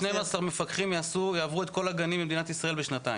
אתה אומר ש-12 מפקחים יעברו את כל הגנים במדינת ישראל בשנתיים.